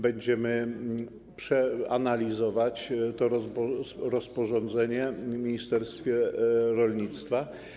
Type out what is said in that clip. Będziemy analizować to rozporządzenie w ministerstwie rolnictwa.